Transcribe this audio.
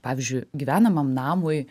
pavyzdžiui gyvenamam namui